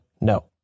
no